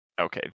okay